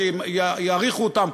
שיעריכו אותן,